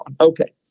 Okay